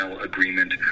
agreement